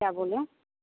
क्या बोलें